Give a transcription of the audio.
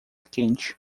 quente